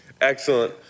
Excellent